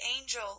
angel